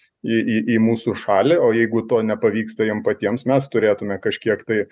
į į į mūsų šalį o jeigu to nepavyksta jiem patiems mes turėtume kažkiek tai